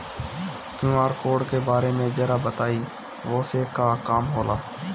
QR code के बारे में जरा बताई वो से का काम होला?